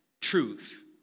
truth